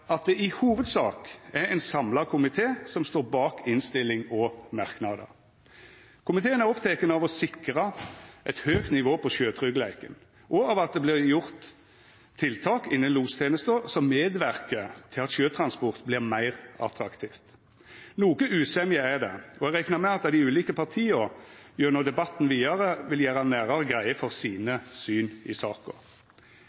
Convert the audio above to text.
at det i hovudsak er ein samla komité som står bak innstilling og merknader. Komiteen er oppteken av å sikra eit høgt nivå på sjøtryggleiken, og av at det vert gjort tiltak innan lostenesta som medverkar til at sjøtransport vert meir attraktivt. Noko usemje er det, og eg reknar med at dei ulike partia gjennom debatten vidare vil gjera nærare greie for sine